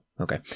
okay